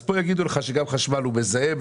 אז יגידו לך שגם חשמל הוא מזהם.